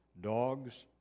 dogs